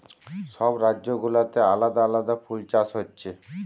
সব রাজ্য গুলাতে আলাদা আলাদা ফুল চাষ হচ্ছে